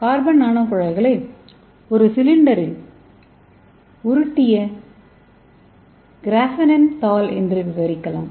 carbon நானோகுழாய்களை ஒரு சிலிண்டரில் உருட்டிய கிராபெனின் தாள் என்று விவரிக்கலாம்